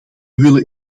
willen